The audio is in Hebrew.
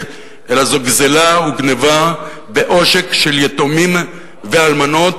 אלא זו גזלה וגנבה ועושק של יתומים ואלמנות,